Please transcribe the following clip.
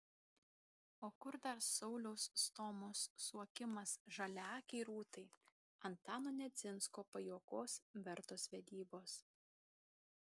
o kur dar sauliaus stomos suokimas žaliaakei rūtai antano nedzinsko pajuokos vertos vedybos